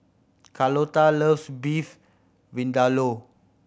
Carlota loves Beef Vindaloo